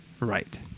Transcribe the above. Right